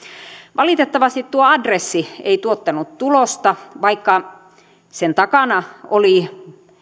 valitettavasti tuo adressi ei tuottanut tulosta vaikka sen takana oli